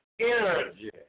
energy